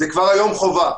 זה כבר היום חובה.